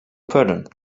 pardon